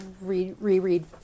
reread